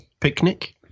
picnic